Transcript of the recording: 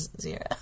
zero